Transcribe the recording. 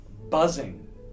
buzzing